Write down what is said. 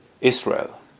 Israel